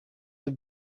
have